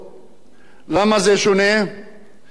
שונה בקשר ליחס,